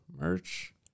merch